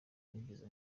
nigeze